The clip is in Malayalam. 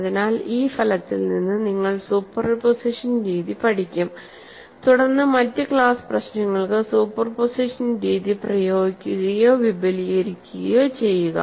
അതിനാൽ ഈ ഫലത്തിൽ നിന്ന് നിങ്ങൾ സൂപ്പർപോസിഷൻ രീതി പഠിക്കും തുടർന്ന് മറ്റ് ക്ലാസ് പ്രശ്നങ്ങൾക്ക് സൂപ്പർപോസിഷൻ രീതി പ്രയോഗിക്കുകയോ വിപുലീകരിക്കുകയോ ചെയ്യുക